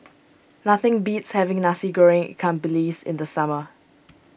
nothing beats having Nasi Goreng Ikan Bilis in the summer